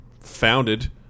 founded